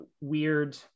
weird